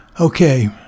Okay